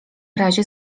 razie